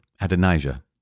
Adonijah